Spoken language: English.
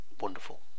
wonderful